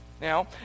Now